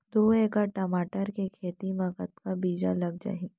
दू एकड़ टमाटर के खेती मा कतका बीजा लग जाही?